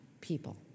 people